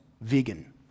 vegan